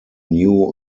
new